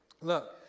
look